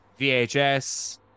vhs